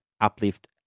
uplift